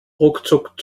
ruckzuck